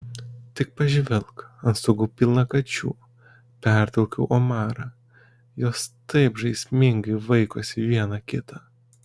tik pažvelk ant stogų pilna kačių pertraukiau omarą jos taip žaismingai vaikosi viena kitą